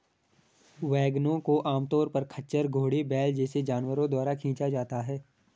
वैगनों को आमतौर पर खच्चर, घोड़े, बैल जैसे जानवरों द्वारा खींचा जाता है